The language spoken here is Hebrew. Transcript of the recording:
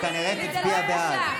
היא כנראה תצביע בעד.